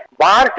la